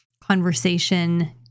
conversation